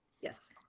Yes